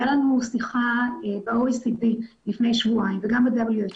הייתה לנו שיחה ב- OECD לפני שבועיים, וגם ב-WHO.